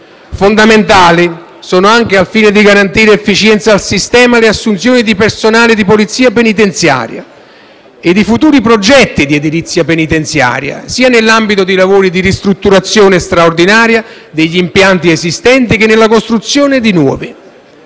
Fondamentali, al fine di garantire efficienza al sistema, sono anche le assunzioni di personale di Polizia penitenziaria ed i futuri progetti di edilizia penitenziaria sia nell'ambito dei lavori di ristrutturazione straordinaria degli impianti esistenti sia nella costruzione di nuovi.